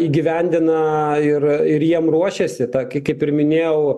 įgyvendina ir ir jiem ruošiasi tokį kaip ir minėjau